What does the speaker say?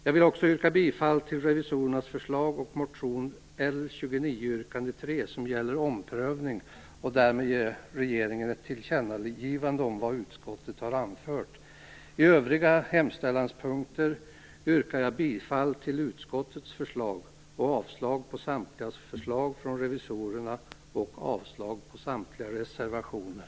Jag vill också yrka bifall till revisorernas förslag och motion L29 yrkande 3 som gäller omprövning och därmed ge regeringen ett tillkännagivande om vad utskottet har anfört. På övriga hemställanspunkter yrkar jag bifall till utskottets förslag och avslag på samtliga förslag från revisorerna och avslag på samtliga reservationer.